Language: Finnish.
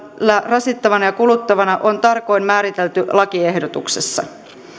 rasittavana ja kuluttavana on tarkoin määritelty lakiehdotuksessa